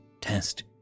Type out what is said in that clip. test